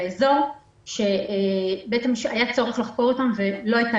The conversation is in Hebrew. באזור והיה צורך לחקור אותם אבל לא הייתה